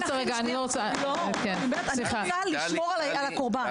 אני רוצה לשמור על הקורבן.